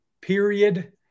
period